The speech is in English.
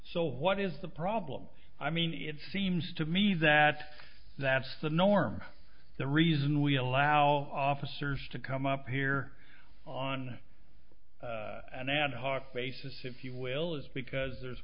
so what is the problem i mean it seems to me that that's the norm the reason we allow officers to come up here on an ad hoc basis if you will is because there's